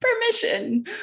Permission